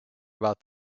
about